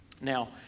Now